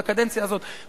בקדנציה הזאת,